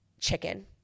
Chicken